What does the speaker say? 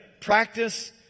practice